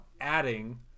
adding